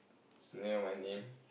it's near my name